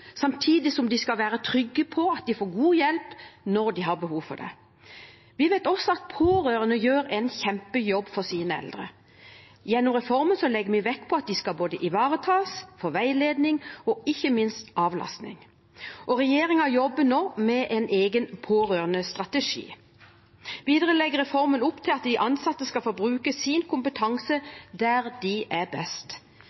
samtidig som de skal være trygge på at de får god hjelp når de har behov for det. Vi vet også at pårørende gjør en kjempejobb for sine eldre. Gjennom reformen legger vi vekt på at de både skal ivaretas, få veiledning og ikke minst avlastning, og regjeringen jobber nå med en egen pårørendestrategi. Videre legger reformen opp til at de ansatte skal få bruke sin